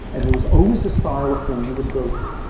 and there was always a style of thing you would go through.